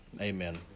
Amen